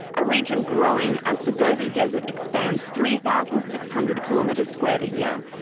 a region growing as the gobi desert expands three thousand six hundred kilometres squared a year,